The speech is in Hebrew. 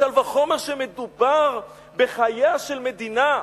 קל וחומר כשמדובר בחייה של מדינה,